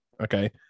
okay